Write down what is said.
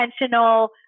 intentional